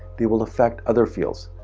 they will affect other fields.